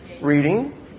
Reading